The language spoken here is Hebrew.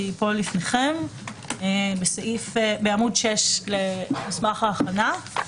והיא פה לפניכם בעמ' 6 למסמך ההכנה.